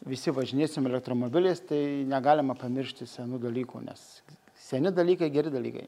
visi važinėsim elektromobiliais tai negalima pamiršti senų dalykų nes seni dalykai geri dalykai